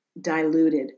diluted